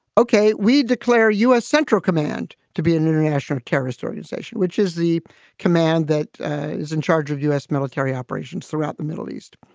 ok, we declare u s. central command to be an international terrorist organization, which is the command that is in charge of u s. military operations throughout the middle east.